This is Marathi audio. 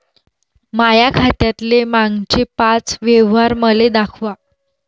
माया खात्यातले मागचे पाच व्यवहार मले दाखवा